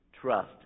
trust